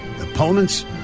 opponents